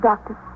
Doctor